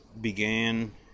began